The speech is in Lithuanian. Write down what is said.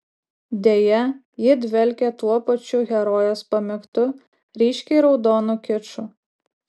deja ji dvelkia tuo pačiu herojės pamėgtu ryškiai raudonu kiču